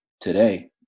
today